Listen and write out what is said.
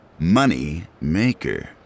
Moneymaker